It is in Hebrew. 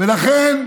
ולכן,